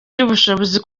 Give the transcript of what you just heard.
cy’ubushobozi